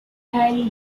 han